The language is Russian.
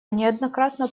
неоднократно